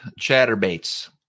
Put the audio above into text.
chatterbaits